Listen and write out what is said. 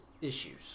issues